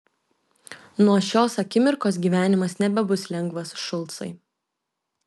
nuo šios akimirkos gyvenimas nebebus lengvas šulcai